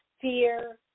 fear